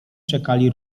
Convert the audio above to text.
czekali